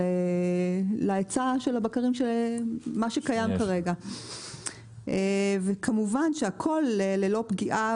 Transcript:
להיצע הבקרים הקיים כרגע, וכמובן שהכול ללא פגיעה